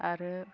आरो